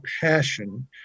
passion